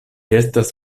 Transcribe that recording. estas